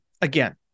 again